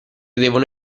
devono